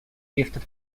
gifted